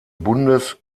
bundes